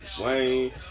Wayne